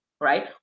right